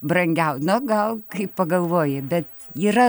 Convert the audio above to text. brangiau na gal kai pagalvoji bet yra